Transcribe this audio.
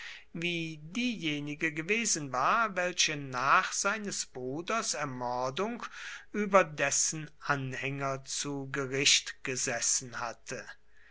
wie diejenige gewesen war welche nach seines bruders ermordung über dessen anhänger zu gericht gesessen hatte